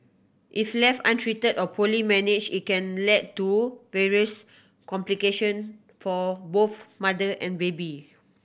if left untreated or poorly managed it can lead to various complication for both mother and baby